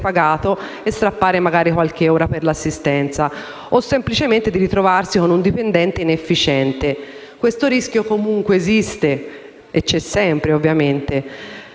e strappare qualche ora per l'assistenza o semplicemente quella di ritrovarsi con un dipendente inefficiente. Questo rischio comunque esiste e c'è sempre ovviamente.